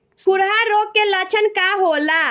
खुरहा रोग के लक्षण का होला?